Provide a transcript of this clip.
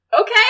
Okay